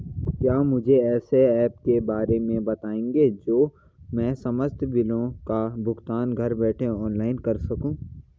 क्या मुझे ऐसे ऐप के बारे में बताएँगे जो मैं समस्त बिलों का भुगतान घर बैठे ऑनलाइन कर सकूँ?